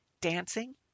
Dancing